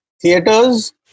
theaters